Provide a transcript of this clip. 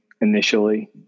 initially